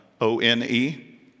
O-N-E